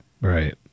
Right